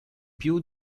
più